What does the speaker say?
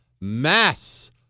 mass